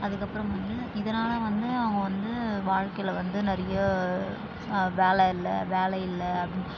அதுக்கப்புறம் வந்து இதனால் வந்து அவங்க வந்து வாழ்க்கையில வந்து நிறைய வேலை இல்லை வேலை இல்லை அப்படின்னு